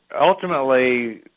ultimately